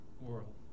world